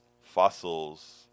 fossils